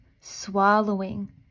swallowing